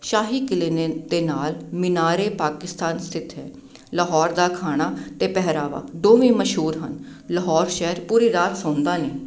ਸ਼ਾਹੀ ਕਿਲੇ ਨੇ ਅਤੇ ਨਾਲ ਮੀਨਾਰ ਏ ਪਾਕਿਸਤਾਨ ਸਥਿਤ ਹੈ ਲਾਹੌਰ ਦਾ ਖਾਣਾ ਅਤੇ ਪਹਿਰਾਵਾ ਦੋਵੇਂ ਮਸ਼ਹੂਰ ਹਨ ਲਾਹੌਰ ਸ਼ਹਿਰ ਪੂਰੀ ਰਾਤ ਸੌਂਦਾ ਨਹੀਂ